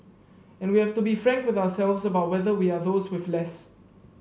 and we have to be frank with ourselves about whether we are those with less